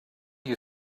you